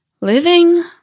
living